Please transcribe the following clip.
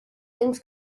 temps